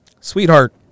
Sweetheart